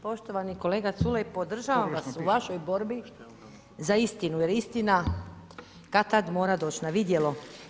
Poštovani kolega Culej podržavam vas u vašoj borbi za istinu jer istina kad-tad mora doći na vidjelo.